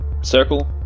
circle